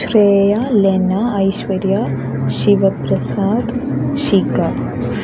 Shreya Lena Aishwarya Sivaprasad Shikha